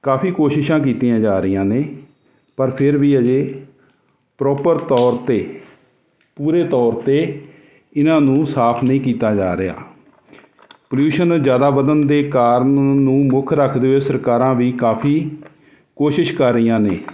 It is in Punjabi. ਕਾਫੀ ਕੋਸ਼ਿਸ਼ਾਂ ਕੀਤੀਆਂ ਜਾ ਰਹੀਆਂ ਨੇ ਪਰ ਫਿਰ ਵੀ ਅਜੇ ਪ੍ਰੋਪਰ ਤੌਰ 'ਤੇ ਪੂਰੇ ਤੌਰ 'ਤੇ ਇਹਨਾਂ ਨੂੰ ਸਾਫ ਨਹੀਂ ਕੀਤਾ ਜਾ ਰਿਹਾ ਪਲਿਊਸ਼ਨ ਜ਼ਿਆਦਾ ਵਧਣ ਦੇ ਕਾਰਨ ਨੂੰ ਮੁੱਖ ਰੱਖਦੇ ਹੋਏ ਸਰਕਾਰਾਂ ਵੀ ਕਾਫੀ ਕੋਸ਼ਿਸ਼ ਕਰ ਰਹੀਆਂ ਨੇ